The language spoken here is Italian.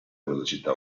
velocità